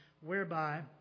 whereby